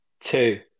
two